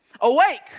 Awake